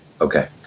Okay